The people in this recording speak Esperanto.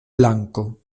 flanko